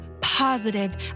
positive